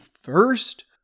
first